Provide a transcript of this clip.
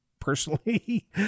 personally